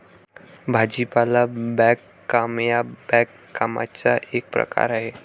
भाजीपाला बागकाम हा बागकामाचा एक प्रकार आहे